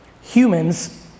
humans